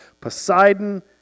Poseidon